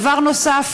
דבר נוסף,